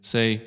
Say